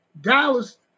Dallas